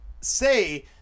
say